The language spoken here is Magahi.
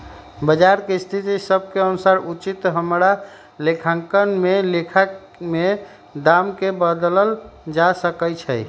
बजार के स्थिति सभ के अनुसार उचित हमरा लेखांकन में लेखा में दाम् के बदलल जा सकइ छै